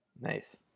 Nice